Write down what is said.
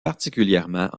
particulièrement